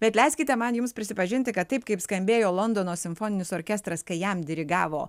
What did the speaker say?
bet leiskite man jums prisipažinti kad taip kaip skambėjo londono simfoninis orkestras kai jam dirigavo